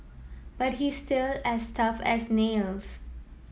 but he's still as tough as nails